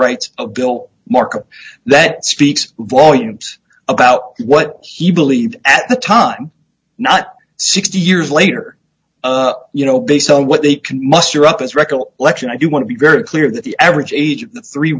rights of bill markham that speaks volumes about what he believed at the time not sixty years later you know based on what they can muster up as raechel lection i do want to be very clear that the average age of three